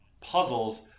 puzzles